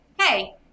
hey